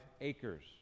acres